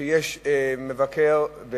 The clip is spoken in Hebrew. שיש מבקר,